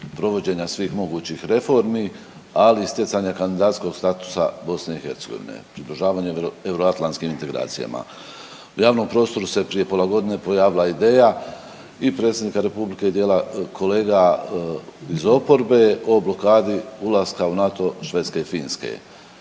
provođenja svih mogućih reformi, ali i stjecanja kandidacijskog statusa BiH, … euroatlantskim integracijama. U javnom prostoru se prije pola godine pojavila ideja i predsjednika Republika i kolega iz oporbe o blokadi ulaska u NATO Švedske i Finske